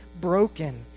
broken